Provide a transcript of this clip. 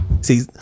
See